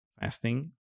fasting